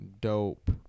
dope